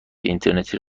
اینترنتی